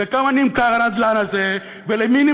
וכמה נמכר הנדל"ן הזה,